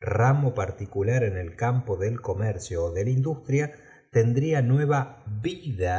ramo particular en el campo del comercio ó de la industria tendría nueva vida